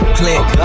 click